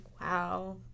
wow